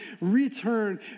return